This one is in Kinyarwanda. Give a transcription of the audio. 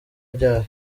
ryari